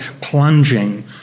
plunging